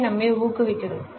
B நம்மை ஊக்குவிக்கிறது